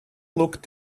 looked